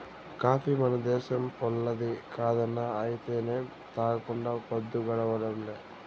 coffee మన దేశంపోల్లది కాదన్నా అయితేనేం తాగకుండా పద్దు గడవడంలే